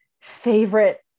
favorite